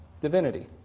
Divinity